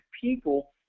people